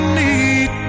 need